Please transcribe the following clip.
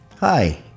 Hi